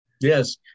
yes